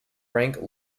frank